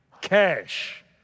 cash